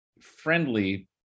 friendly